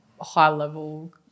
high-level